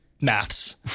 maths